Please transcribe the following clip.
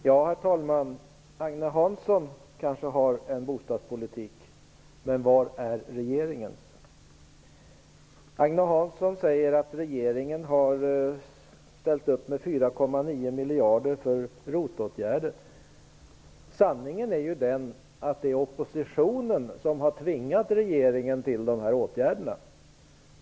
Herr talman! Agne Hansson kanske har en bostadspolitik, men var är regeringens? Agne Hansson säger att regeringen har ställt upp med 4,9 miljarder för ROT-åtgärder. Sanningen är ju den att det är oppositionen som har tvingat regeringen till de åtgärderna.